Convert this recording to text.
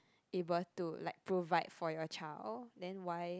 able to like provide for your child then why